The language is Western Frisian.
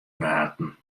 praten